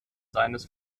seines